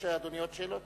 יש לאדוני עוד שאלות?